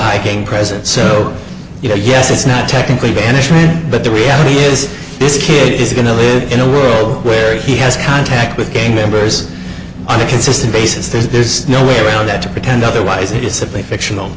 came president said you know yes it's not technically banishment but the reality is this kid is going to live in a world where he has contact with gang members on a consistent basis there's no way around that to pretend otherwise it is simply a fictional